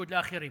בניגוד לאחרים.